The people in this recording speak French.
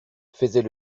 faisait